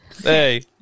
Hey